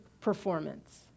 performance